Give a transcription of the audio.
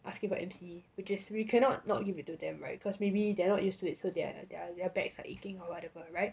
asking for M_C which is we cannot not give it to them [right] cause maybe they are not used to it so their their their backs are aching or whatever right